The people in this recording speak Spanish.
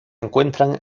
encuentran